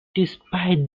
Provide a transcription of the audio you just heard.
despite